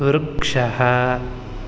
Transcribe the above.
वृक्षः